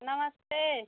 नमस्ते